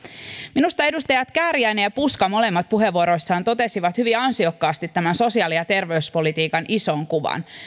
minusta edustajat kääriäinen ja puska molemmat puheenvuoroissaan totesivat hyvin ansiokkaasti tämän sosiaali ja terveyspolitiikan ison kuvan